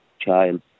child